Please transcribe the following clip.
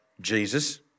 Jesus